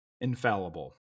infallible